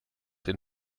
dann